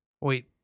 Wait